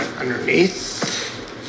underneath